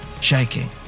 shaking